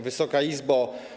Wysoka Izbo!